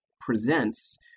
presents